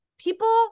People